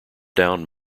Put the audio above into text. down